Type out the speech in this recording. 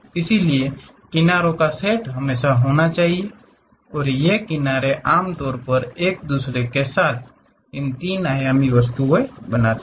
इसलिए किनारों का सेट हमेशा होना चाहिए और ये किनारे आमतौर पर एक दूसरे के साथ इसे तीन आयामी वस्तु बनाते हैं